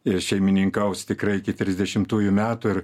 ir šeimininkaus tikrai iki trisdešimtųjų metų ir